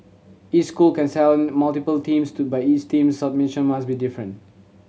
each school can sell multiple teams to but each team's submission must be different